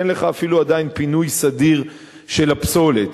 כשאין לך עדיין אפילו פינוי סדיר של הפסולת.